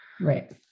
Right